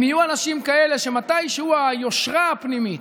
אם יהיו אנשים כאלה, שמתישהו היושרה הפנימית,